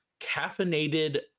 caffeinated